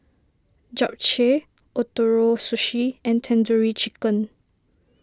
Japchae Ootoro Sushi and Tandoori Chicken